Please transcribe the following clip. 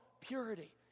purity